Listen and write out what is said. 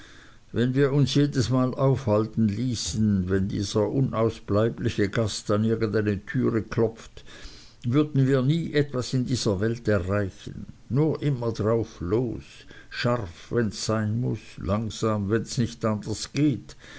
wenn wir uns jedesmal aufhalten ließen wenn dieser unausbleibliche gast an irgend eine türe klopft würden wir nie etwas in dieser welt erreichen nur immer drauf los scharf wenns sein muß langsam wenn es nicht anders geht